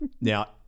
now